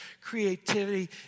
creativity